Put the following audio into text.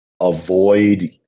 avoid